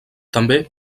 també